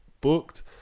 booked